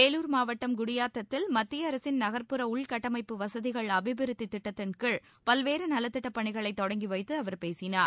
வேலூர் மாவட்டம் குடியாத்தத்தில் மத்திய அரசின் நகர்ப்புற உள்கட்டமைப்பு வசதிகள் அபிவிருத்தி திட்டத்தின்கீழ் பல்வேறு நலத்திட்டப் பணிகளை தொடங்கிவைத்து அவர் பேசினார்